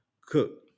Cook